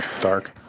dark